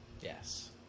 Yes